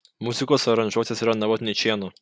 muzikos aranžuotės yra navadničėno